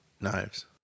Knives